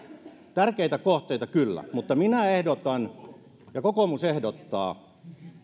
tärkeitä kohteita kyllä mutta minä ehdotan ja kokoomus ehdottaa